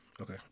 Okay